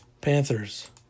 Panthers